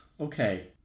Okay